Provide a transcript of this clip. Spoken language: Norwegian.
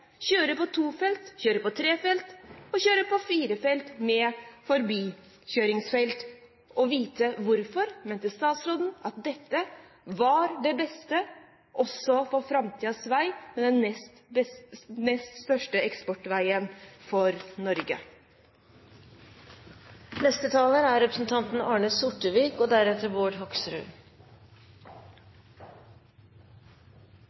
kjøre på to felt, kjøre på tre felt og kjøre på fire felt, med forbikjøringsfelt – å vite hvorfor statsråden mente at dette var det beste også for framtidens vei, den nest største eksportveien for Norge. Et par poeng til slutt – for det første denne 50 pst. delingen av dette spleiselaget: Det er